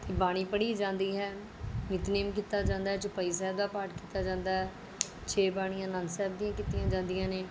ਬਾਣੀ ਪੜ੍ਹੀ ਜਾਂਦੀ ਹੈ ਨਿਤਨੇਮ ਕੀਤਾ ਜਾਂਦਾ ਹੈ ਚੌਪਈ ਸਾਹਿਬ ਦਾ ਪਾਠ ਕੀਤਾ ਜਾਂਦਾ ਹੈ ਛੇ ਬਾਣੀਆਂ ਆਨੰਦ ਸਾਹਿਬ ਦੀਆਂ ਕੀਤੀਆਂ ਜਾਂਦੀਆਂ ਨੇ